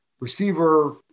receiver